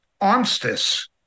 armistice